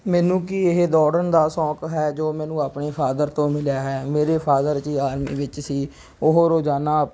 ਮੈਨੂੰ ਕੀ ਇਹ ਦੌੜਨ ਦਾ ਸ਼ੌਂਕ ਹੈ ਜੋ ਮੈਨੂੰ ਆਪਣੇ ਫਾਦਰ ਤੋਂ ਮਿਲਿਆ ਹੈ ਮੇਰੇ ਫਾਦਰ ਜੀ ਆਰਮੀ ਵਿੱਚ ਸੀ ਉਹ ਰੋਜ਼ਾਨਾ